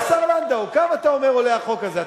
השר לנדאו, כמה אתה אומר שעולה החוק הזה?